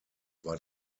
war